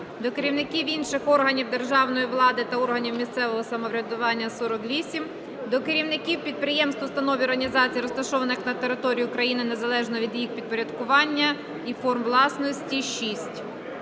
до керівників інших органів державної влади та органів місцевого самоврядування – 48; до керівників підприємств, установ і організацій розташованих на території України, незалежно від їх підпорядкування і форм власності –